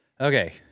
Okay